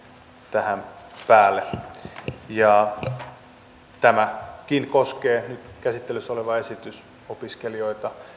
tähän päälle tämäkin nyt käsittelyssä oleva esitys koskee opiskelijoita